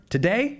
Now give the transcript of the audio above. Today